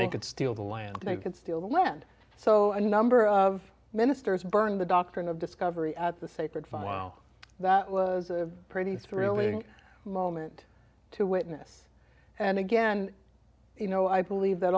they could steal the land they could steal the land so a number of ministers burned the doctrine of discovery at the sacred vow that was a pretty thrilling moment to witness and again you know i believe that